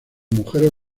mujeres